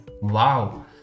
Wow